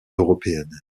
européenne